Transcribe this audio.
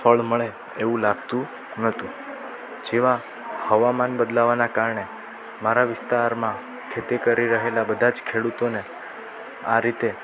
ફળ મળે એવું લાગતું નહોતું જેવાં હવામાન બદલાવાનાં કારણે મારા વિસ્તારમાં ખેતી કરી રહેલા બધા જ ખેડૂતોને આ રીતે